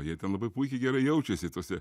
jie ten labai puikiai gerai jaučiasi tose